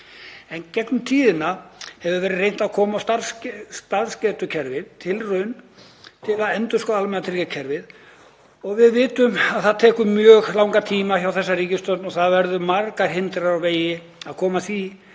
Í gegnum tíðina hefur verið reynt að koma á starfsgetukerfi, tilraun til að endurskoða almannatryggingakerfið, og við vitum að það tekur mjög langan tíma hjá þessari ríkisstjórn og það verða margar hindranir í veginum við að koma því